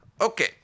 Okay